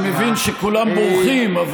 אני מבין שכולם בורחים,